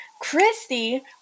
christy